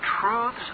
truths